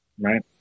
right